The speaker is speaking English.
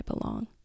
belong